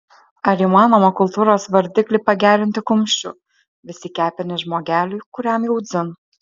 ar įmanoma kultūros vardiklį pagerinti kumščiu vis į kepenis žmogeliui kuriam jau dzin